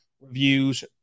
reviews